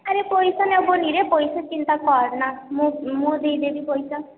ଆରେ ପଇସା ନେବନି ରେ ପଇସା ଚିନ୍ତା କରନା ମୁଁ ମୁଁ ଦେଇଦେବି ପଇସା